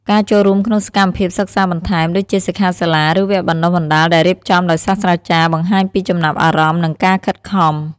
ការចូលរួមក្នុងសកម្មភាពសិក្សាបន្ថែម ដូចជាសិក្ខាសាលា ឬវគ្គបណ្តុះបណ្តាលដែលរៀបចំដោយសាស្រ្តាចារ្យ បង្ហាញពីចំណាប់អារម្មណ៍ និងការខិតខំ។